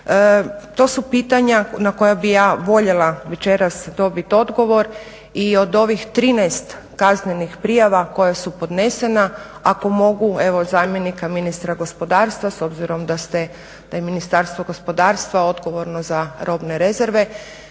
to su pitanja na koja bih ja voljela večeras dobiti odgovor. I od ovih 13 kaznenih prijava koje su podnesene ako mogu, evo zamjenika ministra gospodarstva, s obzirom da je Ministarstvo gospodarstvo odgovorno za robne rezerve,